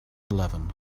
eleven